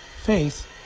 faith